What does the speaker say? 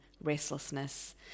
restlessness